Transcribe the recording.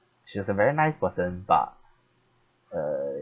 she's a very nice person but uh